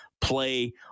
play